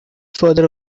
farther